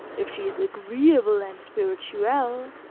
if she is agreeable and spirituelle,